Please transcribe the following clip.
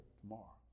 tomorrow